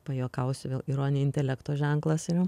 pajuokausiu vėl ironija intelekto ženklas yra